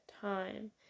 time